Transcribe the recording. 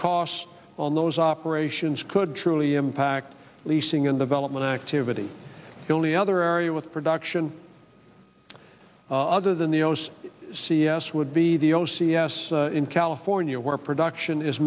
costs on those operations could truly impact leasing and development activity the only other area with production other than the ost c s would be the o c s in california where production is